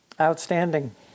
Outstanding